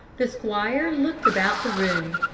the squire looked about the room.